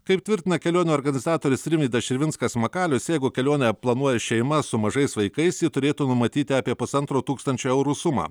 kaip tvirtina kelionių organizatorius rimvydas širvinskas makalius jeigu kelionę planuoja šeima su mažais vaikais ji turėtų numatyti apie pusantro tūkstančio eurų sumą